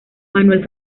manuel